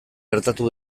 gertatu